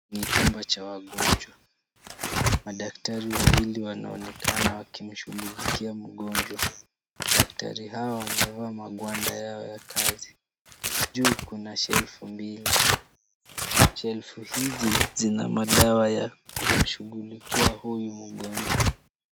Ni chumba cha wagonjwa. Madaktari wawili wanaonekana wakimshughulikia mgonjwa. Daktari hawa wamevaa magwanda yao ya kazi. Juu kuna shelf mbili. Shelf hizi zina madawa ya kumshughulikia huyu mgonjwa.